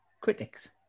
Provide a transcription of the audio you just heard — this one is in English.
Critics